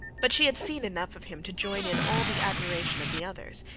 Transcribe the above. but she had seen enough of him to join in all the admiration of the others,